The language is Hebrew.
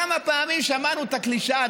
כמה פעמים שמענו את הקלישאה,